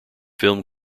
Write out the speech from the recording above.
film